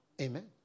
Amen